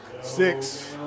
six